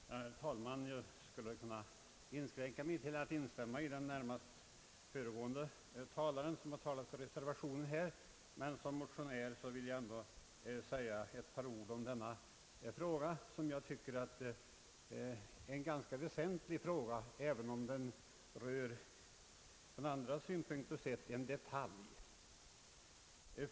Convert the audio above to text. Herr talman! Jag skulle kunna inskränka mig till att instämma med närmast föregående talare, som förordat reservationen. Men som motionär vill jag ändå säga några ord om denna som jag tycker ganska väsentliga fråga, även om den ur andra synpunkter kan sägas vara en detalj.